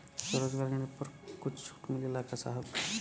स्वरोजगार ऋण पर कुछ छूट मिलेला का साहब?